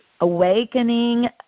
awakening